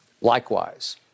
Likewise